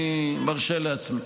אני מרשה לעצמי.